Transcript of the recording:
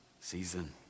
season